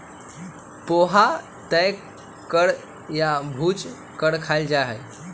पोहा तल कर या भूज कर खाल जा हई